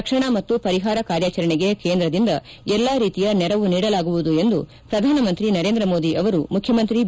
ರಕ್ಷಣಾ ಮತ್ತು ಪರಿಪಾರ ಕಾರ್ಯಾಚರಣೆಗೆ ಕೇಂದ್ರದಿಂದ ಎಲ್ಲಾ ರೀತಿಯ ನೆರವು ನೀಡಲಾಗುವುದು ಎಂದು ಪ್ರಧಾನಮಂತ್ರಿ ನರೇಂದ್ರ ಮೋದಿ ಅವರು ಮುಖ್ಯಮಂತ್ರಿ ಬಿ